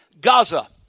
Gaza